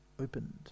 opened